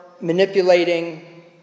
manipulating